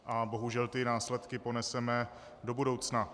A bohužel ty následky poneseme do budoucna.